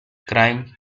grime